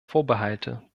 vorbehalte